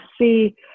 see